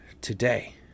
today